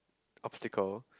obstacle